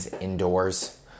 indoors